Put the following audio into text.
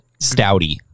stouty